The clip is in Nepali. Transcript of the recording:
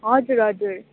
हजुर हजुर